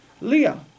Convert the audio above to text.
Leah